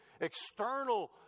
external